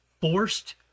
forced